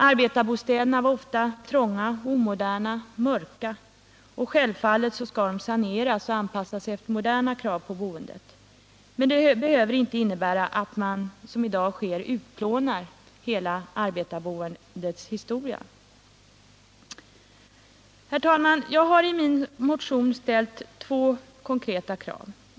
Arbetarbostäderna var ofta trånga, omoderna och mörka, och självfallet skall de saneras och anpassas efter moderna krav på boendet. Men det behöver inte innebära att man, som i dag sker, utplånar hela arbetarboendets historia. Herr talman! Jag har i min motion ställt två konkreta krav.